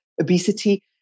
obesity